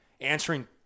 answering